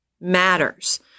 matters